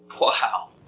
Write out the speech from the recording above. Wow